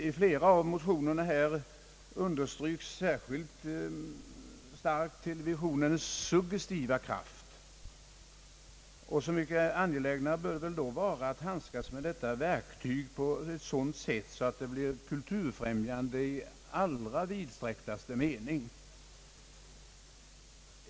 I flera av de motioner som här väckts understrykes särskilt starkt televisionens suggestiva kraft, och så mycket angelägnare bör väl då vara att handskas med detta verktyg på ett sådant sätt, att programmen blir kulturfrämjande i allra vidsträcktaste mening.